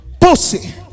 Pussy